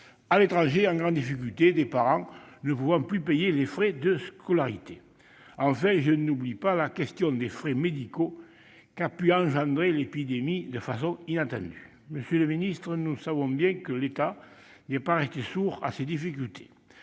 à l'étranger en grande difficulté, des parents ne pouvant plus payer les frais de scolarité. Enfin, je n'oublie pas la question des frais médicaux qu'a pu soulever l'épidémie de façon inattendue. Monsieur le secrétaire d'État, nous savons bien que l'État n'est pas resté sourd à ces difficultés.